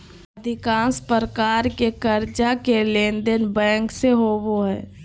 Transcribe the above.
अधिकांश प्रकार के कर्जा के लेनदेन बैंक से होबो हइ